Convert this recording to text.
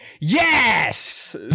Yes